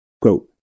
Quote